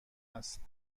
است